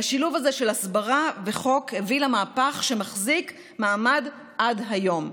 והשילוב הזה של הסברה וחוק הביא למהפך שמחזיק מעמד עד היום,